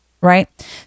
right